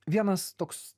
vienas toks